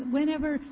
whenever